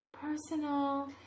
Personal